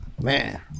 Man